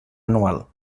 anual